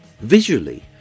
visually